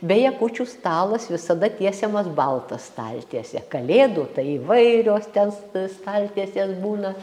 beje kūčių stalas visada tiesiamas balta staltiese kalėdų tai įvairios ten staltiesės būna